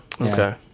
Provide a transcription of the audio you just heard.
Okay